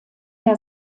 der